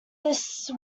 this